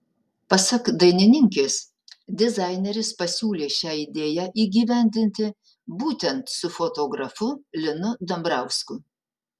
pasak dainininkės dizaineris pasiūlė šią idėją įgyvendinti būtent su fotografu linu dambrausku